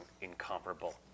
incomparable